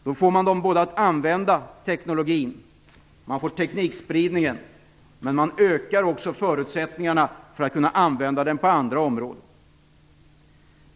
Teknologin används och man får en teknikspridning, men man ökar också förutsättningarna för att tekniken skall kunna användas på andra områden.